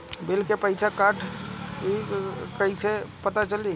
Bill के पइसा कटल कि न कइसे पता चलि?